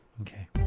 Okay